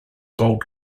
gold